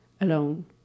Alone